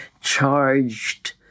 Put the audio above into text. charged